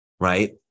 Right